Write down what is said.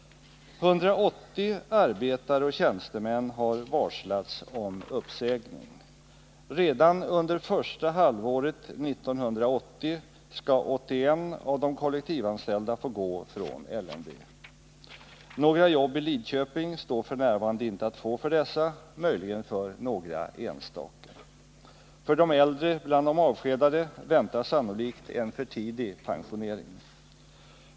180 arbetare och tjänstemän har varslats om uppsägning. Redan under första halvåret 1980 skall 81 av de kollektivanställda få gå från LMV. Några jobb i Lidköping står f. n. inte att få för dessa, möjligen för några enstaka. För de äldre bland de avskedade väntar sannolikt en för tidig pensionering.